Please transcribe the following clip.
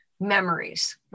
memories